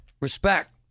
respect